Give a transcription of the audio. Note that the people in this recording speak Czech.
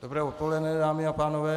Dobré odpoledne dámy a pánové.